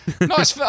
Nice